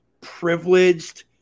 privileged